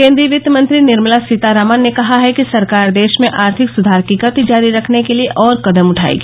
केन्द्रीय वित्तमंत्री निर्मला सीतारामन ने कहा है कि सरकार देश में आर्थिक सुधार की गति जारी रखने के लिए और कदम उठाएगी